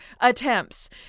attempts